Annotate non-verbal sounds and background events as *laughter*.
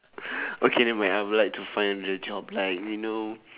*breath* okay never mind I would like to find the job like you know